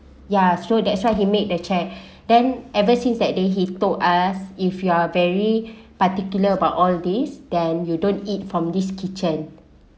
ya so that's why he made the chair then ever since that day he told us if you are a very particular about all this then you don't eat from this kitchen